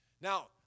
Now